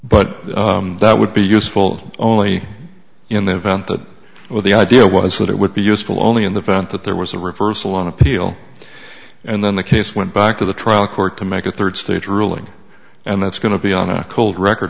but that would be useful only in the event that well the idea was that it would be useful only in the fact that there was a reversal on appeal and then the case went back to the trial court to make a third stage ruling and that's going to be on a cold record